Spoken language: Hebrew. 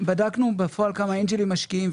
אנחנו בדקנו בפועל כמה אנג'לים משקיעים,